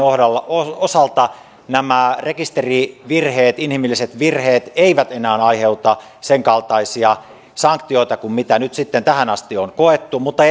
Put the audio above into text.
osalta nämä rekisterivirheet inhimilliset virheet eivät enää aiheuta senkaltaisia sanktioita jollaisia nyt sitten tähän asti on koettu mutta